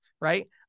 right